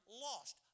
lost